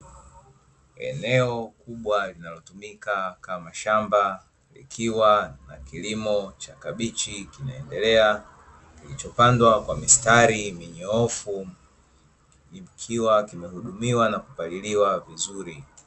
Eneo kubwa linalotumika kama shamba, likiwa na kilimo cha kabichi kinaendelea kilichopandwa kwa mistari minyoofu, ikiwa kimehudumiwa na kupaliliwa vizuri.